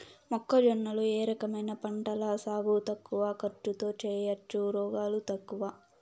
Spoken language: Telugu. మొక్కజొన్న లో ఏ రకమైన పంటల సాగు తక్కువ ఖర్చుతో చేయచ్చు, రోగాలు తక్కువ?